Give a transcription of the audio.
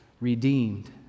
redeemed